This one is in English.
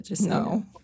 no